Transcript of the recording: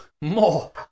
more